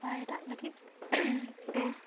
ᱯᱟᱭᱨᱟᱜ ᱞᱟᱹᱜᱤᱫ ᱛᱮ